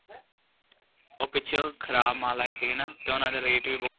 ਉਹ ਪਿੱਛੇ ਖਰਾਬ ਮਾਲਾ ਸੀ ਨਾ ਤੇ ਉਹਨਾਂ ਦਾ ਰੇਟ ਵੀ